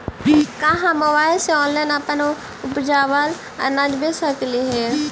का हम मोबाईल से ऑनलाइन अपन उपजावल अनाज बेच सकली हे?